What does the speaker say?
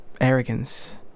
arrogance